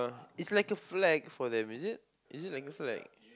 it's like a flag for them is it is it like a flag